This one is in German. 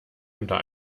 unter